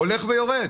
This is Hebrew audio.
הולך ויורד.